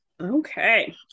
okay